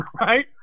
right